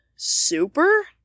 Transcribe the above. Super